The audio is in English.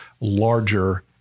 larger